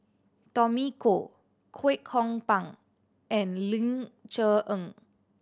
Tommy Koh Kwek Hong Png and Ling Cher Eng